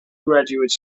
graduate